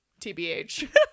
TBH